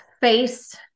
face